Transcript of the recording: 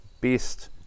best